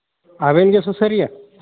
ᱟᱹᱵᱤᱱ ᱜᱮ ᱥᱩᱥᱟᱹᱨᱤᱭᱟᱹ